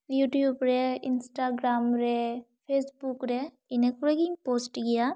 YouTube ᱨᱮ Instagram ᱨᱮ Facebook ᱨᱮ ᱤᱱᱟ ᱠᱚᱜᱤᱧ ᱯᱳᱥᱴ ᱜᱮᱭᱟ